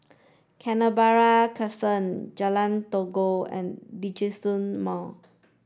Canberra Crescent Jalan Todak and Djitsun Mall